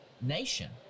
nation